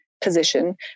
position